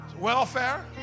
Welfare